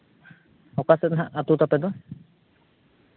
ᱚᱠᱟ ᱥᱮᱫ ᱦᱟᱸᱜ ᱟᱹᱛᱩ ᱛᱟᱯᱮ ᱫᱚ